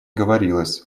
говорилось